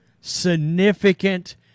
significant